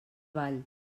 ball